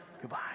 Goodbye